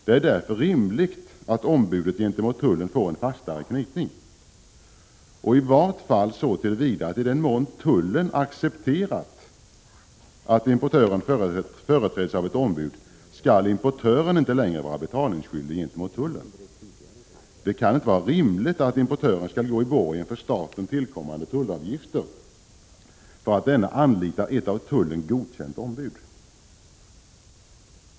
Det är därför rimligt att ombudet gentemot tullen får en fastare knytning, i vart fall så till vida att importören, i den mån tullen accepterat att importören företräds av ett ombud, inte längre skall vara betalningsskyldig gentemot tullen. Det kan inte vara rimligt att importören skall gå i borgen för staten tillkommande tullavgifter därför att denne anlitar ett av tullen godkänt ombud.